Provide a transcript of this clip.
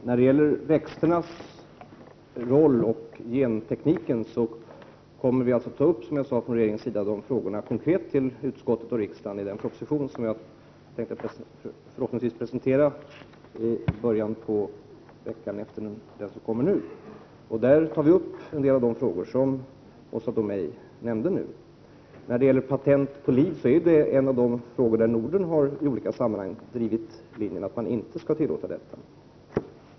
Fru talman! Växternas roll i gentekniken är en av de frågor som vi från regeringens sida kommer att ta upp i den proposition som jag förhoppningsvis kan presentera i början av veckan efter nästa vecka. Där berörs en del av de frågor som Åsa Domeij nämnde här. Patent på liv är en av de frågor där Norden i olika sammanhang har drivit linjen att man inte skall tillåta detta.